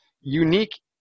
unique